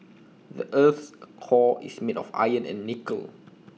the Earth's core is made of iron and nickel